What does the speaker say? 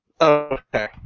Okay